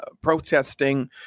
protesting